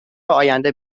آینده